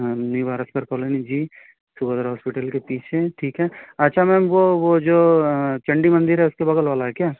new Bharat sir colony जी Saurabh hospital के पीछे ठीक है अच्छा मैम वह वह जो चंडी मंदिर है उसके बगल वाला है क्या